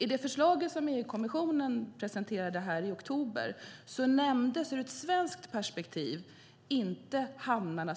I det förslag som EU-kommissionen presenterade i oktober nämndes inte specifikt hamnarna